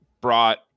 brought